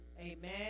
amen